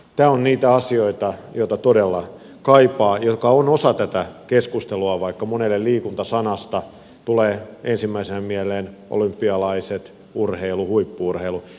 tämä on niitä asioita joita todella kaipaa mikä on osa tätä keskustelua vaikka monelle liikunta sanasta tulee ensimmäisenä mieleen olympialaiset urheilu huippu urheilu